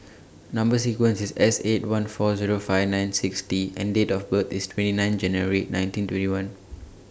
Number sequence IS S eight one four Zero five nine six T and Date of birth IS twenty nine January nineteen twenty one